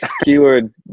Keyword